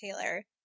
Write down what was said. taylor